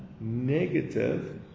negative